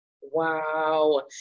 Wow